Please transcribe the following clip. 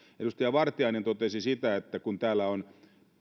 edustaja vartiainen totesi että täällä on